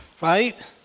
right